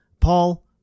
Paul